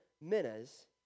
minas